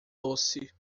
doce